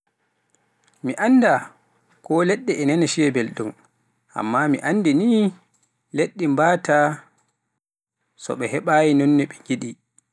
mi annda, ko leɗɗe e nana shiya belɗum, amma mi anndi ni leɗɗe mbaata so heɓaayi nonno ko yiɗi.